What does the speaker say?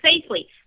safely